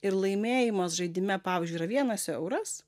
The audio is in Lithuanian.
ir laimėjimas žaidime pavyzdžiui yra vienas euras